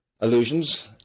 illusions